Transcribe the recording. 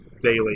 daily